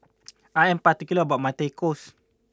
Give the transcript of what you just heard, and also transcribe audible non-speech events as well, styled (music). (noise) I am particular about my Tacos